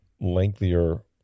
lengthier